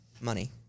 money